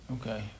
Okay